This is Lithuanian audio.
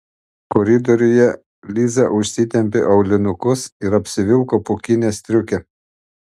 koridoriuje liza užsitempė aulinukus ir apsivilko pūkinę striukę